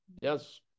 Yes